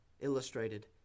illustrated